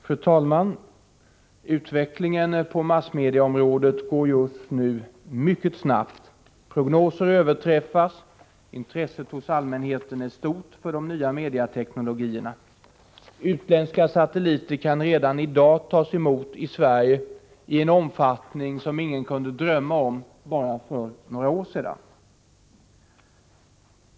Fru talman! Utvecklingen på massmediaområdet går just nu mycket snabbt. Prognoser överträffas, intresset hos allmänheten är stort för de nya mediateknologierna. Sändningar från utländska satelliter kan redan i dag tas emot i Sverige i en omfattning som ingen kunde drömma om bara för några år sedan.